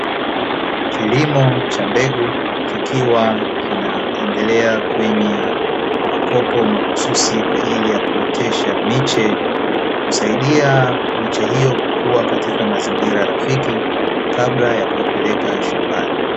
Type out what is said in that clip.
Kilimo cha mbegu kikiwa kinaendelea kwenye makopo mahususi kwa ajili ya kuotesha miche, husaidia miche hiyo kuwa katika mazingira rafiki kabla ya kuipeleka shambani.